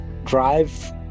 drive